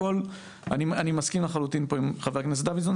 אני מסכים לחלוטין פה עם חבר הכנסת דוידסון,